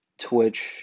Twitch